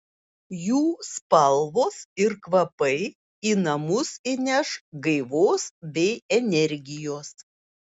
jų spalvos ir kvapai į namus įneš gaivos bei energijos